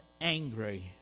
angry